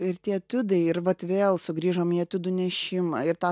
ir tie etiudai ir vat vėl sugrįžom į etiudų nešimą ir tą